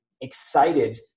excited